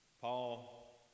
Paul